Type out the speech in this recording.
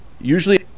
usually